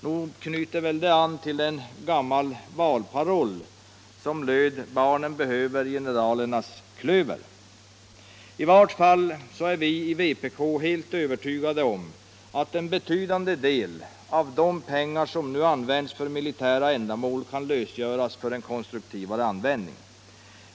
Nog knyter väl det an till en gammal valparoll som löd: Barnen behöver generalernas klöver! I varje fall är vi i vpk helt övertygade om att en betydande del av de pengar som nu används för militära ändamål kan lösgöras för konstruktivare användning.